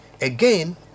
Again